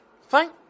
Fine